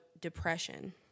depression